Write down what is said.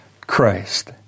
Christ